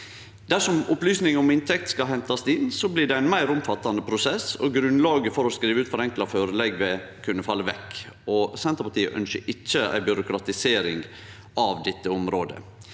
Dersom opplysning om inntekt skal hentast inn, blir det ein meir omfattande prosess, og grunnlaget for å skrive ut forenkla førelegg vil kunne falle vekk. Senterpartiet ønskjer ikkje ei byråkratisering av dette området.